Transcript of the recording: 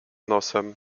nosem